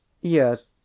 yes